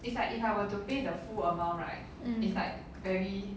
mm